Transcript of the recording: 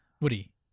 Woody